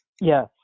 yes